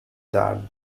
that